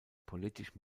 politisch